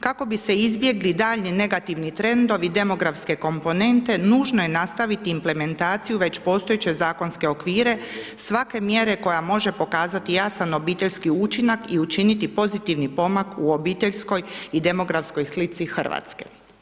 Kako bi se izbjegli daljnji negativni trendovi demografske komponente nužno je nastaviti implementaciju već postojeće zakonske okvire, svake mjere koja može pokazati jasan obiteljski učinak i učiniti pozitivni pomak u obiteljskoj i demografskoj slici Hrvatske.